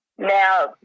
Now